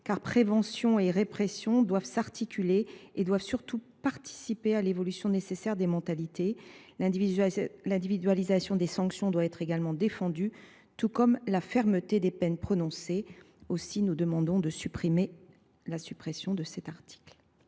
Prévention et répression doivent s’articuler et, surtout, participer à l’évolution nécessaire des mentalités. L’individualisation des sanctions doit être également défendue, tout comme la fermeté des peines prononcées. C’est pourquoi nous demandons la suppression de cet article.